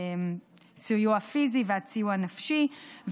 מסיוע פיזי ועד סיוע נפשי,